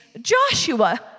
Joshua